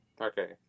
Okay